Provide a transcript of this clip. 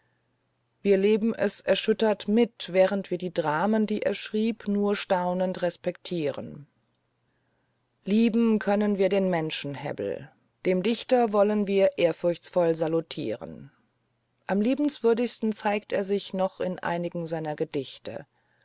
wir leben es erschüttert mit während wir die dramen die er schrieb nur staunend respektieren lieben können wir den menschen hebbel den dichter wollen wir ehrfurchtsvoll salutieren am liebenswürdigsten zeigt er sich noch in seinen gedichten